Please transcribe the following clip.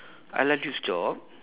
I like this job